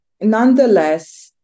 nonetheless